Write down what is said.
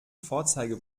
vorzeige